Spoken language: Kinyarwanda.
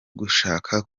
gushaka